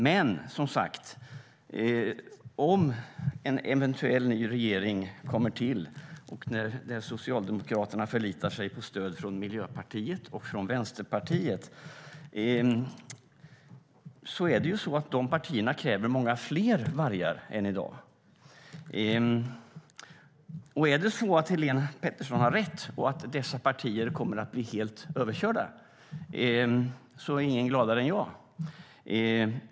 Men om en eventuell regering kommer till där Socialdemokraterna förlitar sig på stöd från Miljöpartiet och Vänsterpartiet är det ett faktum att de partierna vill ha många fler vargar än i dag. Om Helén Pettersson har rätt och dessa partier kommer att bli helt överkörda är ingen gladare än jag.